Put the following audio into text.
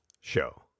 show